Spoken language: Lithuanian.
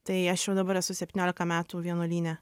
tai aš jau dabar esu septyniolika metų vienuolyne